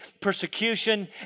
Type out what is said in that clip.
persecution